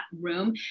room